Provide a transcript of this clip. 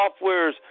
softwares